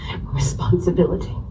responsibility